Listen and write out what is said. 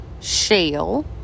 shale